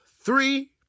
three